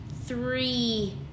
three